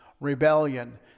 rebellion